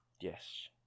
yes